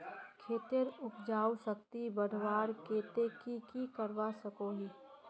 खेतेर उपजाऊ शक्ति बढ़वार केते की की करवा सकोहो ही?